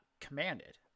commanded